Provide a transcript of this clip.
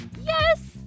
Yes